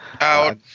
Out